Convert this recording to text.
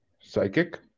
psychic